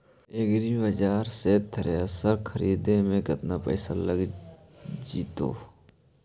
एग्रिबाजार से थ्रेसर खरिदे में केतना पैसा लग जितै?